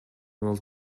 абал